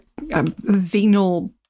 venal